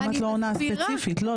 מה